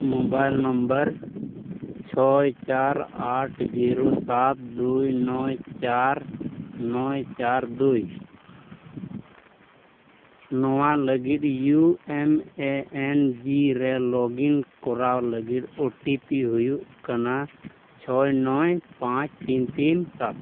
mobile number ᱪᱷᱚᱭ ᱪᱟᱨ ᱟᱴ ᱡᱤᱨᱳ ᱥᱟᱛ ᱫᱩᱭ ᱱᱚᱭ ᱪᱟᱨ ᱱᱚᱭ ᱪᱟᱨ ᱫᱩᱭ ᱱᱚᱣᱟ ᱞᱟᱹᱜᱤᱫ U M A N G ᱨᱮ ᱞᱚᱜᱤᱱ ᱠᱚᱨᱟᱣ ᱞᱟᱹᱜᱤᱫ ᱳ ᱴᱤ ᱯᱤ ᱦᱩᱭᱩᱜ ᱠᱟᱱᱟ ᱪᱷᱚᱭ ᱱᱚᱭ ᱯᱟᱸᱪ ᱛᱤᱱ ᱛᱤᱱ ᱥᱟᱛ